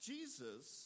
Jesus